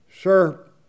Sir